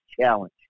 challenge